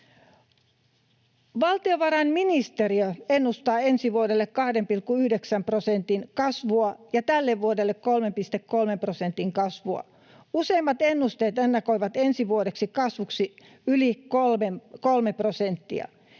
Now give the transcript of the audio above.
Valtiovarainministeriö ennustaa ensi vuodelle 2,9 prosentin kasvua ja tälle vuodelle 3,3 prosentin kasvua. Useimmat ennusteet ennakoivat ensi vuoden kasvuksi yli 3 prosenttia.